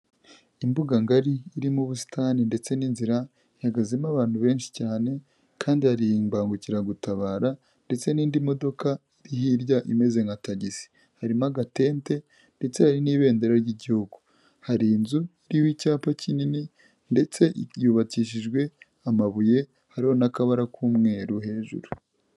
Imbuga ngari, irimo ubusitani ndetse n'inzira, ihagazemo abantu benshi cyane kandi yari imbangukiragutabara ndetse n'indi modoka hirya imeze nka tagisi. Harimo agatente ndetse hari n'ibendera ry'igihugu. Hari inzu irimo icyapa kinini ndetse yubakishijwe amabuye hariho n'akabara k'umweru hejuru.